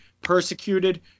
persecuted